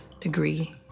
degree